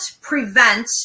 prevent